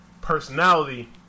Personality